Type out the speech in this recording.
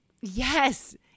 Yes